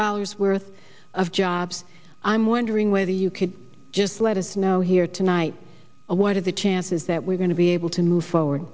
dollars worth of jobs i'm wondering whether you could just let us know here tonight what are the chances that we're going to be able to move forward